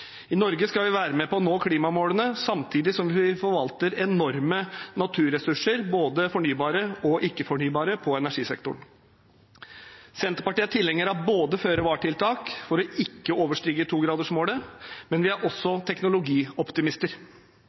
I Norge skal vi være med på å nå klimamålene, samtidig som vi forvalter enorme naturressurser, både fornybare og ikke-fornybare, på energisektoren. Senterpartiet er tilhenger av føre-var-tiltak for ikke å overstige 2-gradersmålet, men vi er også